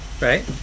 right